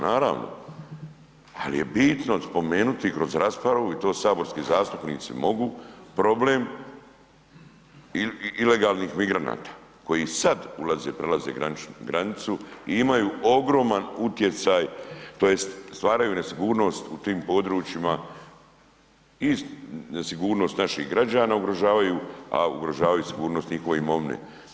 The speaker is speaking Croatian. Naravno, ali je bitno spomenuti kroz raspravu i to saborski zastupnici mogu problem ilegalnih migranata koji sad ulaze, prelaze granicu i imaju ogroman utjecaj tj. stvaraju nesigurnost u tim područjima i nesigurnost naših građana ugrožavaju, a ugrožavaju i sigurnost njihove imovine.